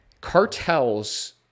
cartels